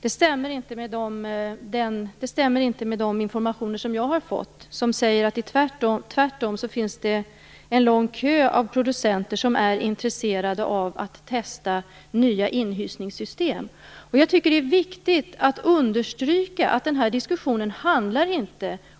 Det stämmer inte med den information som jag har fått. Den säger att det tvärtom finns en lång kö av producenter som är intresserade av att testa nya inhysningssystem. Jag tycker att det är viktigt att understryka att den här diskussionen inte handlar